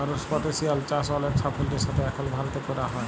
করসটাশিয়াল চাষ অলেক সাফল্যের সাথে এখল ভারতে ক্যরা হ্যয়